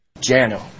Jano